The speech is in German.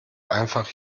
einfach